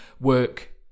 work